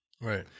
Right